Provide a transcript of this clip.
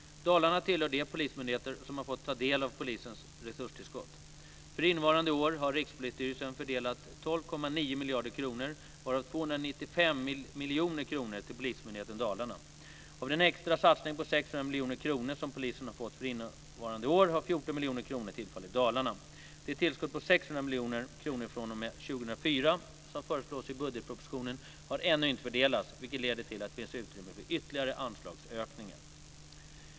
Dalarna tillhör de polismyndigheter som har fått ta del av polisens resurstillskott. För innevarande år har Rikspolisstyrelsen fördelat 12,9 miljarder kronor, varav 295 miljoner kronor till polismyndigheten Dalarna. Av den extra satsning på 600 miljoner kronor som polisen har fått för innevarande år har 14 miljoner kronor tillfallit Dalarna. Det tillskott på 600 miljoner kronor fr.o.m. 2004 som föreslås i budgetpropositionen har ännu inte fördelats, vilket leder till att det finns utrymme för ytterligare anslagsökningar.